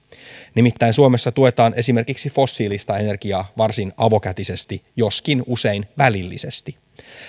nimittäin suomessa tuetaan esimerkiksi fossiilista energiaa varsin avokätisesti joskin usein välillisesti